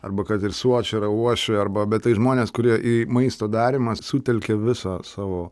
arba kad ir suočera uošvė arba bet tai žmonės kurie į maisto darymas sutelkia visą savo